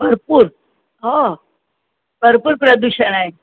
भरपूर हो भरपूर प्रदूषण आहे